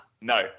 No